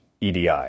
EDI